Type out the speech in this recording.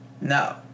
No